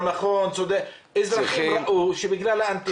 לא נכון או צודק אזרחים ראו שבגלל האנטנה